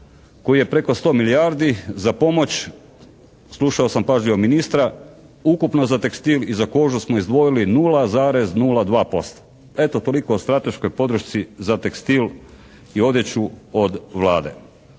koji je preko 100 milijardi za pomoć slušao sam pažljivo ministra, ukupno za tekstil i za kožu smo izdvojili 0,02%. Eto toliko o strateškoj podršci za tekstil i odjeću od Vlade.